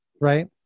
right